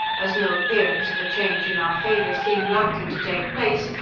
as no appearance of a change in our favour seemed likely to take place,